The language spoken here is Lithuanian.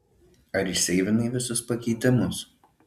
ar išseivinai visus pakeitimus